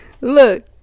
Look